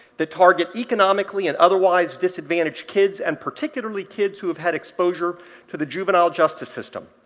that target economically and otherwise disadvantaged kids, and particularly kids who have had exposure to the juvenile justice system.